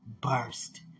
burst